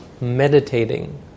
meditating